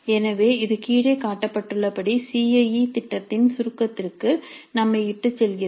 எனவே இது கீழே காட்டப்பட்டுள்ளபடி சி ஐஇ திட்டத்தின் சுருக்கத்திற்கு நம்மை இட்டுச் செல்கிறது